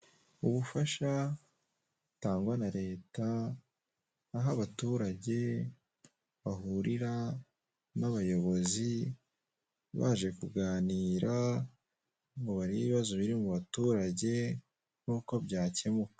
Ubufasha butangwa na leta aho abaturage bahurira n' abayobozi baje kuganira ngo barebe ibibazo biri mu baturage n'uko byakemuka.